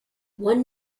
one